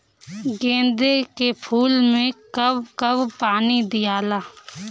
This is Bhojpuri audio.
गेंदे के फूल मे कब कब पानी दियाला?